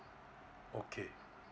okay